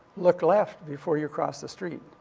look left before you cross the street.